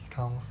discounts